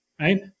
right